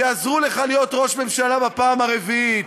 ויעזרו לך להיות ראש ממשלה בפעם הרביעית.